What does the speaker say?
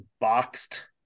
boxed